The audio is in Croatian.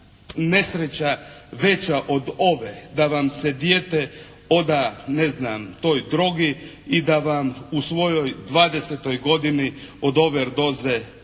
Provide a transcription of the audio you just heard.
nesreća veća od ove, da vam se dijete oda ne znam toj drogi i da vam u svojoj 20-toj godini od ove doze premine.